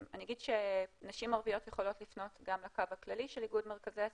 אני אגיד שנשים ערביות יכולות לפנות גם לקו הכללי של איגוד מרכזי הסיוע,